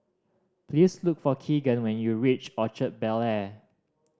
please look for Keagan when you reach Orchard Bel Air